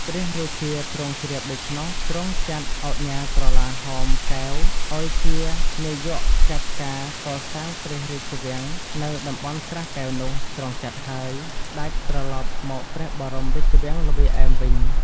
ព្រះរាជាទ្រង់ជ្រាបដូច្នោះ ទ្រង់ចាត់ឧកញ៉ាក្រឡាហោម កែវ ឲ្យជានាយកចាត់ការកសាងព្រះរាជវាំងនៅតំបន់ស្រះកែវនោះ ទ្រង់ចាត់ហើយ ស្ដេចត្រឡប់មកព្រះបរមរាជវាំងល្វាឯមវិញ ។